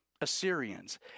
Assyrians